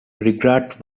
regret